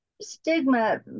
Stigma